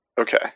Okay